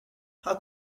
how